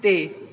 ਅਤੇ